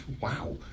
wow